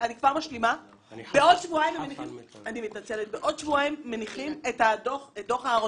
בעוד שבועיים מניחים את דו"ח אהרונישקי.